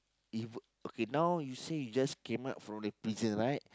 if okay now you say you just came out from the prison right